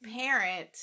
parent